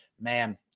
man